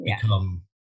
become